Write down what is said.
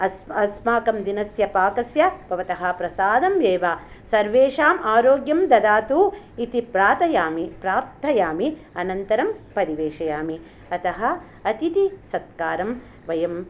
अस् अस्माकं दिनस्य पाकस्य भवतः प्रसादम् एव सर्वेषाम् आरोग्यं ददातु इति प्रार्थयामि प्रार्थयामि अनन्तरं परिवेशयामि अतः अतितिसत्कारं वयं